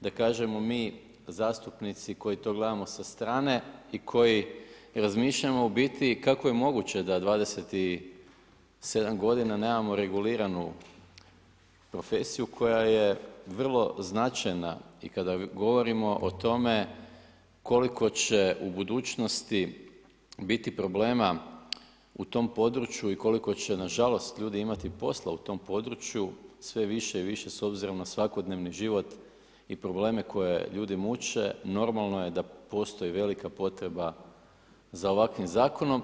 da kažemo mi zastupnici koji to gledamo sa strane i koji razmišljamo u biti kako je moguće da 27 godina nemamo reguliranu profesiju koja je vrlo značajna i kada govorimo o tome koliko će u budućnosti biti problema u tom području i koliko će na žalost ljudi imati posla u tom području sve više i više s obzirom na svakodnevni život i probleme koji ljude muče normalno je da postoji velika potreba za ovakvim zakonom.